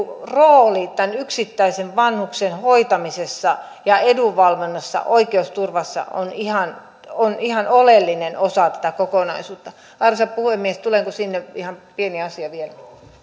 rooli tämän yksittäisen vanhuksen hoitamisessa ja edunvalvonnassa oikeusturvassa on ihan on ihan oleellinen osa tätä kokonaisuutta arvoisa puhemies tulenko sinne ihan pieni asia vielä